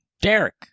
Derek